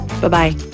Bye-bye